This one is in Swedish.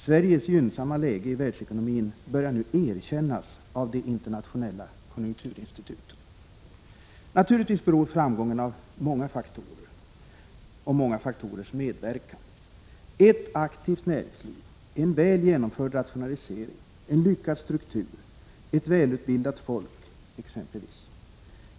Sveriges gynnsamma läge i världsekonomin börjar nu erkännas av de internationella konjunkturinstituten. Framgången beror naturligtvis på många faktorers medverkan, exempelvis ett aktivt näringsliv, en väl genomförd rationalisering, en lyckad struktur och ett välutbildat folk.